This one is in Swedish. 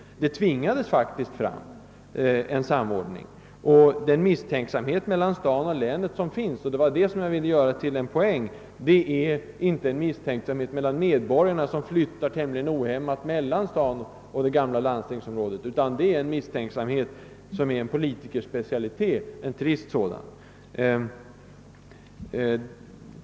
Därigenom tvingades faktiskt en samordning fram. Den misstänksamhet mellan staden och länet som finns — det var detta jag ville göra till en poäng — är inte en misstänksamhet mellan medborgarna, vilka flyttar tämligen ohämmat mellan staden och det gamla landstingsområdet, utan det är en misstänksamhet som är en politikerspecialitet, och en trist sådan.